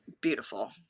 Beautiful